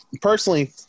personally